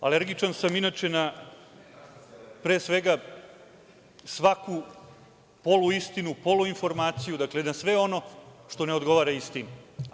Alergičan sam inače na, pre svega, svaku poluistinu, poluinformaciju, dakle na sve ono što ne odgovara istini.